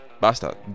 basta